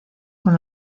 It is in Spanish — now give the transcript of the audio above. con